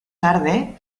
tarde